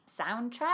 soundtrack